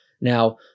now